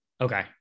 Okay